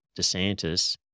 DeSantis